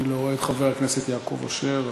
אני לא רואה את חבר הכנסת יעקב אשר.